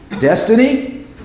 Destiny